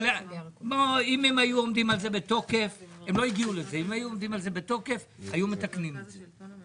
אבל אם הם היו עומדים על זה בתוקף היו מתקנים את זה.